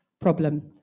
problem